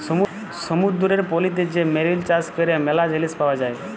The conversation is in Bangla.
সমুদ্দুরের পলিতে যে মেরিল চাষ ক্যরে ম্যালা জিলিস পাওয়া যায়